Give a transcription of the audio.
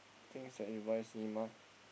things that you buy cinema